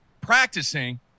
practicing